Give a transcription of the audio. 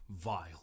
Vile